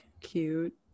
cute